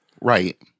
Right